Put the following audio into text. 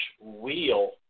wheel